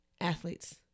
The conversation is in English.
athletes